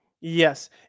Yes